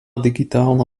digitálna